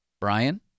Brian